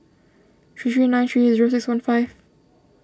three three nine three zero six one five